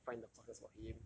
find the courses for him